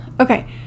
Okay